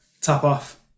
tap-off